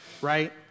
right